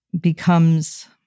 becomes